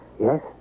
Yes